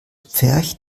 pfercht